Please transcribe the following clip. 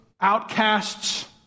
outcasts